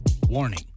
Warning